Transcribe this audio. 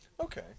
Okay